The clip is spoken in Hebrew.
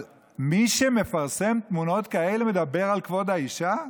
אבל מי שמפרסם תמונות כאלה מדבר על כבוד האישה?